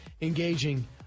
engaging